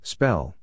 Spell